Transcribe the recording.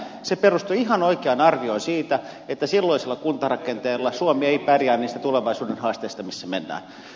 se perustui ihan oikeaan arvioon siitä että silloisella kuntarakenteella suomi ei pärjää niissä tulevaisuuden haasteissa missä mennään